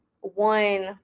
one